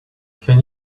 can